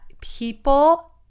people